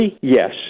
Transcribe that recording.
Yes